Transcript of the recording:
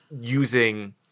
using